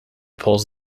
pulls